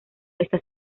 está